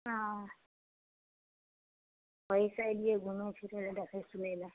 हँ ओहीसे अएलिए घुमै फिरै ले देखै सुनै ले